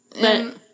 But-